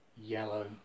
yellow